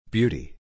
Beauty